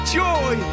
joy